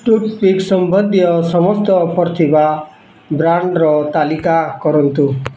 toothpick ସମ୍ବନ୍ଧୀୟ ସମସ୍ତ offer ଥିବା ବ୍ରାଣ୍ଡ୍ର ତାଲିକା କରନ୍ତୁ